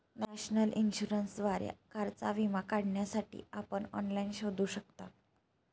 national इन्शुरन्सद्वारे कारचा विमा काढण्यासाठी आपण ऑनलाइन शोधू शकता